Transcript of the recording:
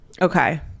okay